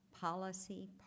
policy